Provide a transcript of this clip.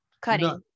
cutting